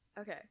okay